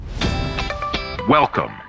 Welcome